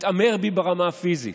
"התעמר בי", ברמה הפיזית,